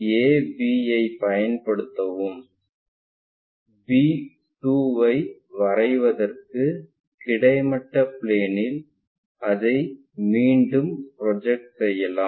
ab ஐப் பயன்படுத்தவும் b2 ஐ வரைவதற்குக் கிடைமட்ட பிளேன்ல் அதை மீண்டும் ப்ரொஜெக்ட் செய்யலாம்